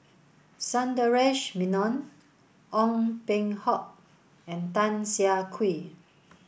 Sundaresh Menon Ong Peng Hock and Tan Siah Kwee